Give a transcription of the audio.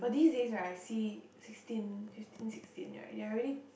but these days right I see sixteen fifteen sixteen right they are already